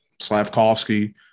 Slavkovsky